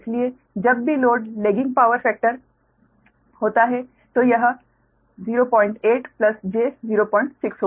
इसलिए जब भी लोड लैगिंग पावर फैक्टर होता है तो यह 08 j 06 होगा